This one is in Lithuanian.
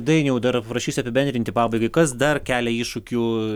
dainiau dar prašysiu apibendrinti pabaigai kas dar kelia iššūkių